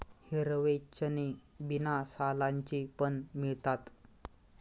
हिरवे चणे बिना सालांचे पण मिळतात